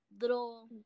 little